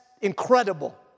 incredible